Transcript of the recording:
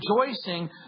rejoicing